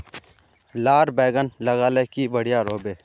लार बैगन लगाले की बढ़िया रोहबे?